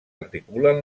articulen